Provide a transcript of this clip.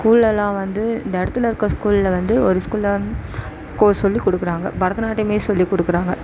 ஸ்கூல்லலாம் வந்து இந்த இடத்துலருக்க ஸ்கூல்ல வந்து ஒரு ஸ்கூலில் சொல்லிக் கொடுக்குறாங்க பரதநாட்டியம் சொல்லிக் கொடுக்குறாங்க